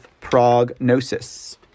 prognosis